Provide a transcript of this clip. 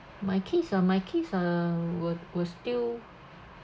my kids ah my kids uh were were still